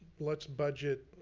let's budget,